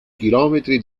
chilometri